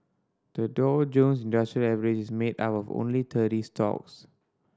the Dow Jones Industrial Average is made up of only thirty stocks